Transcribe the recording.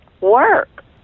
work